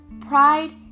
pride